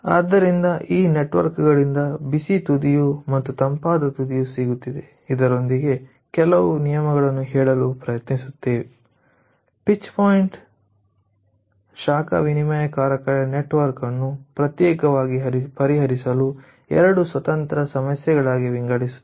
ಆದ್ದರಿಂದ ಈ ನೆಟ್ವರ್ಕ್ ಗಳಿಂದ ಬಿಸಿ ತುದಿಯು ಮತ್ತು ತಂಪಾದ ತುದಿಯು ಸಿಗುತ್ತಿದೆ ಇದರೊಂದಿಗೆ ಕೆಲವು ನಿಯಮಗಳನ್ನು ಹೇಳಲು ಪ್ರಯತ್ನಿಸುತ್ತೇವೆ ಪಿಂಚ್ ಪಾಯಿಂಟ್ ಶಾಖ ವಿನಿಮಯಕಾರಕ ನೆಟ್ವರ್ಕ್ ಅನ್ನು ಪ್ರತ್ಯೇಕವಾಗಿ ಪರಿಹರಿಸಲು 2 ಸ್ವತಂತ್ರ ಸಮಸ್ಯೆಗಳಾಗಿ ವಿಂಗಡಿಸುತ್ತದೆ